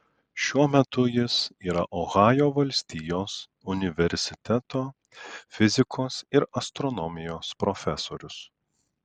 šiuo metu jis yra ohajo valstijos universiteto fizikos ir astronomijos profesorius